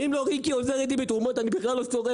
אם לא ריקי ודני והעמותה שעוזרים לי בתרומות אני בכלל לא שורד.